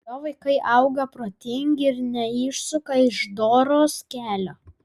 jo vaikai auga protingi ir neišsuka iš doros kelio